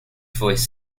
voice